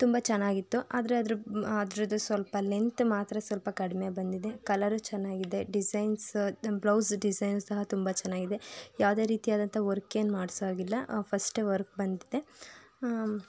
ತುಂಬ ಚೆನ್ನಾಗಿತ್ತು ಆದರೆ ಅದರ ಅದರದು ಸ್ವಲ್ಪ ಲೆಂತ್ ಮಾತ್ರ ಸ್ವಲ್ಪ ಕಡಿಮೆ ಬಂದಿದೆ ಕಲರೂ ಚೆನ್ನಾಗಿದೆ ಡಿಸೈನ್ಸ್ ಬ್ಲೌಸ್ ಡಿಸೈನ್ಸ್ ಸಹ ತುಂಬ ಚೆನ್ನಾಗಿದೆ ಯಾವುದೇ ರೀತಿ ಆದಂತಹ ವರ್ಕ್ ಏನು ಮಾಡಿಸೋ ಹಾಗಿಲ್ಲ ಫಸ್ಟೇ ವರ್ಕ್ ಬಂದಿದೆ